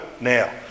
now